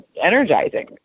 energizing